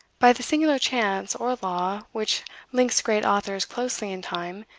by the singular chance, or law, which links great authors closely in time,